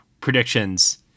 predictions